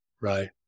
right